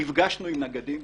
נפגשנו עם נגדים,